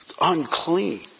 unclean